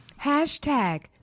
Hashtag